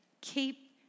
keep